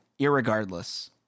irregardless